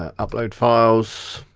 ah upload files,